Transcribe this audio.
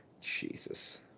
jesus